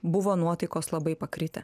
buvo nuotaikos labai pakritę